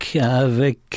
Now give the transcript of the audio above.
avec